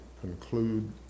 conclude